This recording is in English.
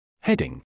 heading